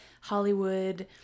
Hollywood